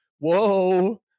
whoa